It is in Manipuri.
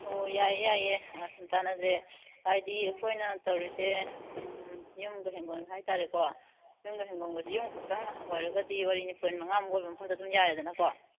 ꯍꯣ ꯌꯥꯏꯌꯦ ꯌꯥꯏꯌꯦ ꯁꯨꯝ ꯇꯥꯟꯅꯁꯦ ꯍꯥꯏꯕꯗꯤ ꯑꯩꯈꯣꯏꯅ ꯇꯧꯔꯤꯁꯦ ꯎꯝ ꯌꯨꯝꯒ ꯏꯪꯈꯣꯜꯒ ꯍꯥꯏꯕꯇꯥꯔꯦꯀꯣ ꯌꯨꯝꯒ ꯏꯪꯈꯣꯜꯒꯁꯤ ꯌꯨꯝ ꯈꯛꯇꯪ ꯑꯣꯏꯔꯒꯗꯤ ꯋꯥꯔꯤꯅꯤ ꯄꯣꯏꯟ ꯃꯉꯥꯃꯨꯛ ꯑꯣꯏꯕ ꯃꯐꯝꯗꯨ ꯑꯗꯨꯝ ꯌꯥꯔꯦꯗꯅꯀꯣ